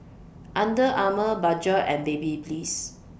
Under Armour Bajaj and Babyliss